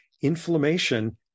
inflammation